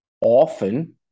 often